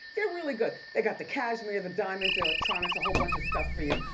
they're really good, they got the cashmere, the diamonds, the electronics, a whole bunch of stuff for you.